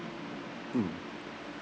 mm